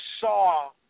saw